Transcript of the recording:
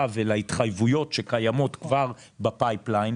ולהתחייבויות שקיימות כבר ב-pipeline,